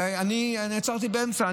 ואני נעצרתי באמצע.